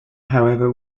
however